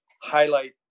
highlight